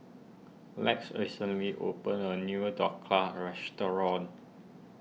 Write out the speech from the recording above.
Lex recently opened a new Dhokla restaurant